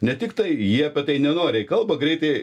ne tiktai jie apie tai nenoriai kalba greitai